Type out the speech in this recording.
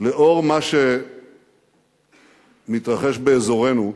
לאור מה שמתרחש באזורנו,